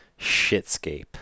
shitscape